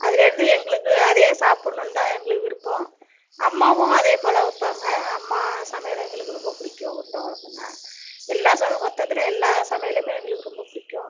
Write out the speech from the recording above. அதுலேருந்து எங்களுக்கு அதே சாப்புடன்னு தான் எங்களுக்கு விருப்பம் அம்மாவும் அதேபோல வைப்பாங்க அம்மா சமையலும் எங்களுக்கு ரொம்ப பிடிக்கும் உருண்டை குழம்புனா எல்லா மொத்தத்தில் எல்லா சமையலும் எங்களுக்கு ரொம்ப பிடிக்கும்